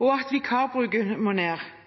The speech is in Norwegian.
og